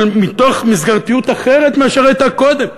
אבל מתוך מסגרתיות אחרת מזו שהייתה קודם.